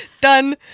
Done